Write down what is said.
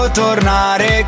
tornare